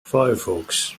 firefox